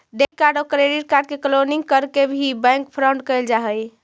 debit card आउ credit card के cloning करके भी बैंक फ्रॉड कैल जा हइ